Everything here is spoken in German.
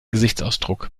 gesichtsausdruck